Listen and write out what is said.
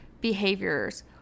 behaviors